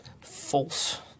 false